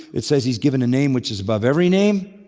it says he's given a name which is above every name,